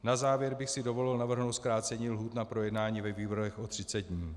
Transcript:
Na závěr bych si dovolil navrhnout zkrácení lhůt na projednání ve výborech o 30 dní.